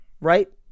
Right